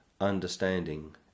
understanding